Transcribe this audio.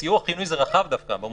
סיוע חיוני זה רחב דווקא.